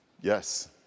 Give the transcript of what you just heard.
Yes